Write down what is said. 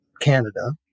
Canada